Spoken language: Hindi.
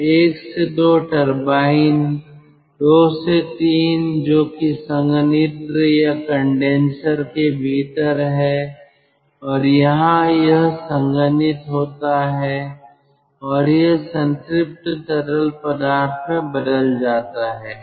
तो 1 से 2 टरबाइन 2 से 3 जो कि संघनित्र या कंडेनसर के भीतर है और यहां यह संघनित होता है और यह संतृप्त तरल पदार्थ में बदल जाता है